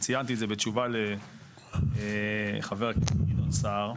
אני גם ציינתי את זה בתשובה לחבר הכנסת גדעון סער.